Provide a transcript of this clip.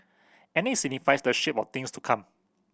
and it signifies the shape of things to come